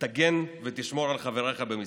תגן ותשמור על חבריך במסירות"